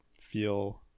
feel